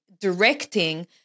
directing